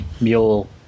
Mule